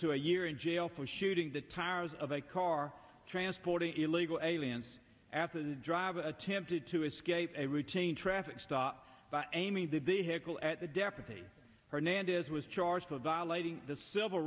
to a year in jail for shooting the tires of a car transporting illegal aliens at the drive attempted to escape a routine traffic stop aiming to be heckled at the deputy hernandez was charged with violating the civil